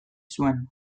zuen